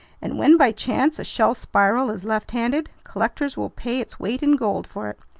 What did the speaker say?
and when by chance a shell's spiral is left-handed, collectors will pay its weight in gold for it.